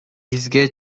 бизге